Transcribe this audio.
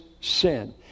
sin